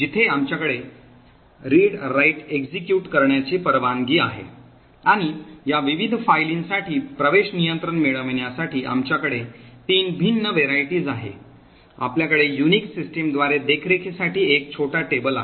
जिथे आमच्याकडे वाचन लेखन आणि कार्यान्वित read write execute करण्याची परवानगी आहे आणि या विविध फायलींसाठी प्रवेश नियंत्रण मिळविण्यासाठी आमच्याकडे तीन भिन्न वाण आहेत आपल्याकडे युनिक्स सिस्टमद्वारे देखरेखी साठी एक छोटा टेबल आहे